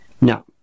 No